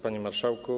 Panie Marszałku!